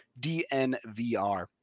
DNVR